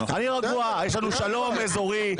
אני רגוע יש לנו שלום אזורי,